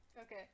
Okay